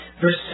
Verse